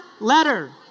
letter